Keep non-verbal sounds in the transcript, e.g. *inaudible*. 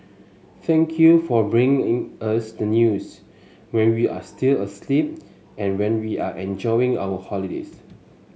thank you for bringing *unintelligible* us the news when we are still asleep and when we are enjoying our holidays